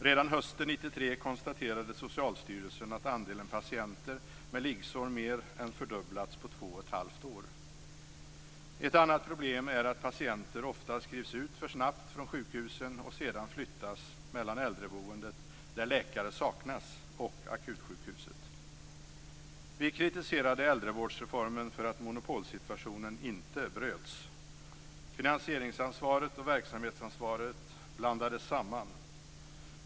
Redan hösten 1993 konstaterade Socialstyrelsen att andelen patienter med liggsår mer än fördubblats på två och ett halt år. Ett annat problem är att patienter ofta skrivs ut för snabbt från sjukhusen och sedan flyttas mellan äldreboendet, där läkare saknas, och akutsjukhuset. Vi kritiserade äldrevårdsreformen för att monopolsituationen inte bröts. Finansieringsansvaret och verksamhetsansvaret blandades samman.